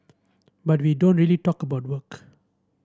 but we don't really talk about work